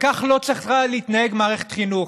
כך לא צריכה להתנהג מערכת חינוך.